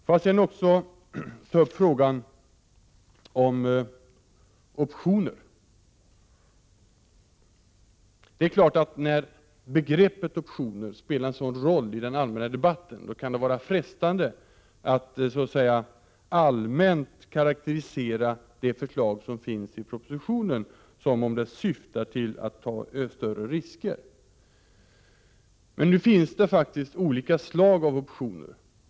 Får jag sedan beröra frågan om optioner. Det är klart att när begreppet 17 december 1987 = optioner spelar en så stor roll i den allmänna debatten kan det vara frestande att allmänt karakterisera det förslag som förs fram i propositionen som att syftet är att ta större risker. Nu finns det faktiskt olika slags optioner.